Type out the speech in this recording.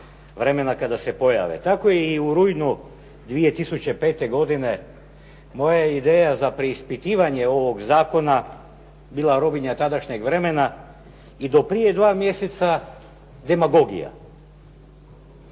Vremena kada se pojave. Tako i u rujnu 2005. godine moja ideja za preispitivanje ovog zakona bila robinja tadašnjeg vremena, i do prije 2 mjeseca, demagogija.